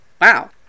Wow